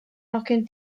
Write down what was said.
hogyn